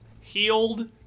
healed